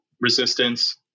resistance